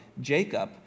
Jacob